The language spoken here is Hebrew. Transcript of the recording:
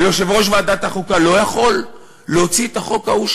ויושב-ראש ועדת החוקה לא יכול להוציא את החוק ההוא,